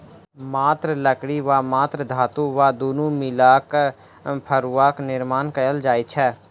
मात्र लकड़ी वा मात्र धातु वा दुनू मिला क फड़ुआक निर्माण कयल जाइत छै